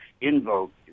invoke